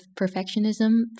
perfectionism